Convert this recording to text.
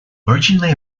originally